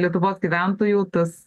lietuvos gyventojų tas